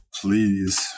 please